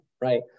right